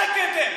אתה כתם.